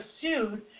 pursued